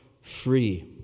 free